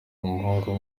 umuhungu